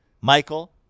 Michael